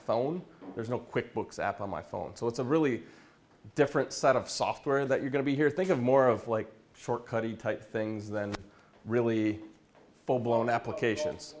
phone there's no quick books app on my phone so it's a really different set of software that you're going to hear think of more of like short cut he type things then really full blown applications